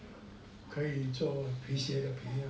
可以做皮鞋的皮哦